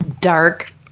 Dark